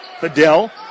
Fidel